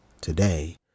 today